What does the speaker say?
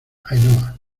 ainhoa